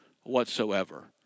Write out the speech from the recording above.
whatsoever